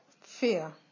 Fear